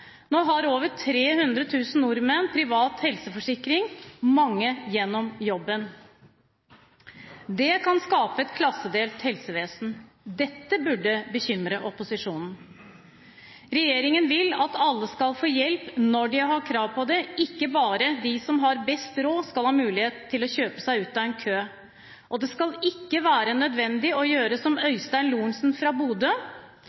Nå har over 300 000 nordmenn privat helseforsikring – mange gjennom jobben. Det kan skape et klassedelt helsevesen. Dette burde bekymre opposisjonen. Regjeringen vil at alle skal få hjelp når de har krav på det, ikke bare de som har best råd skal ha mulighet til å kjøpe seg ut av en kø. Det skal ikke være nødvendig å gjøre som